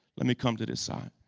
let me come to this side.